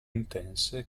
intense